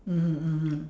mmhmm mmhmm